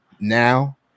now